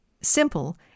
Simple